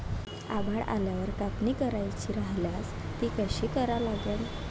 आभाळ आल्यावर कापनी करायची राह्यल्यास ती कशी करा लागन?